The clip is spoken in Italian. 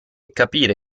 capire